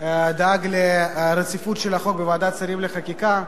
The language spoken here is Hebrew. דאג להחלת רציפות על החוק בוועדת שרים לחקיקה,